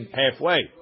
halfway